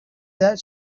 that